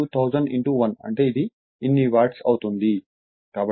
కాబట్టి 15 1000 1 అంటే ఇది ఇన్ని వాట్ అవుతుంది